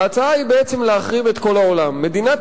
ההצעה היא בעצם להחרים את כל העולם: מדינת